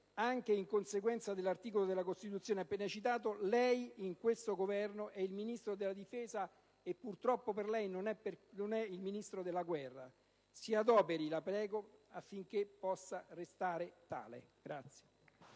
anche in conseguenza dell'articolo della Costituzione appena citato, ricordo che lei in questo Governo è il Ministro della difesa e, purtroppo per lei, non è il Ministro della guerra. Si adoperi, la prego, in modo da poter restare tale.